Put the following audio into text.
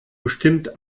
bestimmt